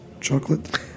chocolate